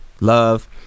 love